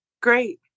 great